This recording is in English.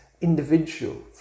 individual